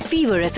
Fever